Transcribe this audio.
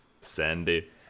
Sandy